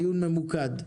דיון ממוקד.